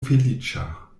feliĉa